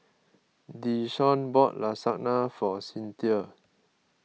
Desean bought Lasagna for Cinthia